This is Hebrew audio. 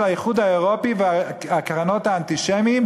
האיחוד האירופי והקרנות האנטישמיים,